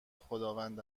خداوند